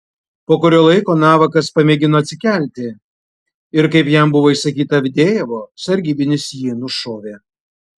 po kurio laiko navakas pamėgino atsikelti ir kaip jam buvo įsakyta avdejevo sargybinis jį nušovė